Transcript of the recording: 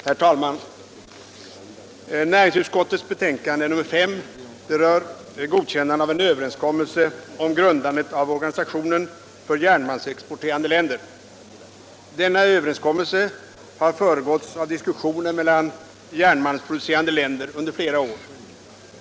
Herr talman! Näringsutskottets betänkande nr 5 rör godkännande av en överenskommelse om grundande av Organisationen för järnmalmsexporterande länder. Denna överenskommelse har föregåtts av diskussioner mellan järnmalmsproducerande länder under flera år.